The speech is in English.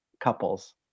couples